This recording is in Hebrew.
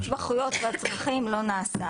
המיפוי של כלל ההתמחויות והצרכים לא נעשה.